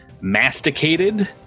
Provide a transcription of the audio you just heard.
masticated